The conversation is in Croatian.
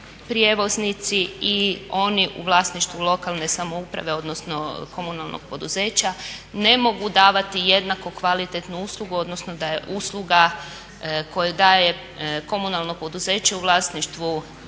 prijevoznici i oni u vlasništvu lokalne samouprave odnosno komunalnog poduzeća, ne mogu davati jednako kvalitetnu uslugu odnosno da je usluga kojoj daje komunalno poduzeće u vlasništvu